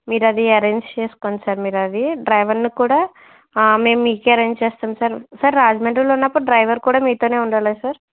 మీరు అది అరేంజ్ చేసుకోండి సార్ మీరు అది డ్రైవర్ని కూడా మేము మీకు అరేంజ్ చేస్తాము సార్ సార్ రాజమండ్రిలో ఉన్నపుడు డ్రైవర్ కూడా మీతోనే ఉండాలా సార్